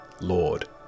Lord